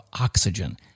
oxygen